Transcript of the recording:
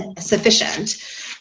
sufficient